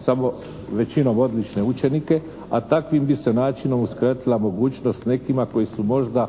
samo većinom odlične učenike a takvim bi se načinom uskratila mogućnost nekima koji su možda